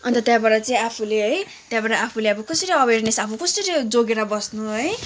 अन्त त्यहाँबाट चाहिँ आफूले है त्यहाँबाट आफूले अब कसरी अवेरनेस अब कसरी जोगिएर बस्नु है